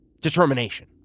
determination